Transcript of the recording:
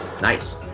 Nice